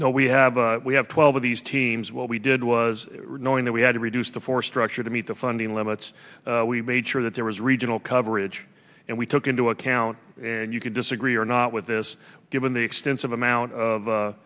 now we have we have twelve of these teams what we did was knowing that we had to reduce the force structure to meet the funding limits we made sure that there was regional coverage and we took into account and you can disagree or not with this given the extensive amount of